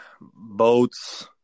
Boats